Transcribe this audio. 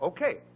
Okay